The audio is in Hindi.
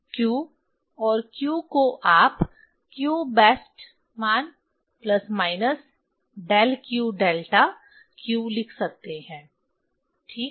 q और q को आप q बेस्ट मान प्लस माइनस डेल q डेल्टा q लिख सकते हैं ठीक